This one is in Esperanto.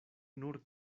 nur